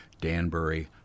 Danbury